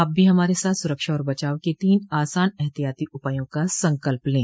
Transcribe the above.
आप भी हमारे साथ सुरक्षा और बचाव के तीन आसान एहतियाती उपायों का संकल्प लें